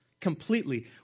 completely